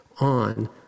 on